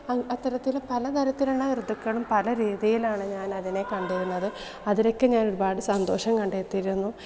അ അത്തരത്തിൽ പല തരത്തിലുള്ള ഋതുക്കൾ രീതിയിലാണ് ഞാനതിനെ കണ്ടിരുന്നത് അതിലൊക്കെ ഞാൻ ഒരുപാട് സന്തോഷം കണ്ടെത്തിയിരുന്നു